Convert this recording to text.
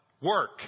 work